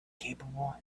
capable